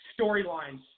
storylines